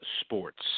sports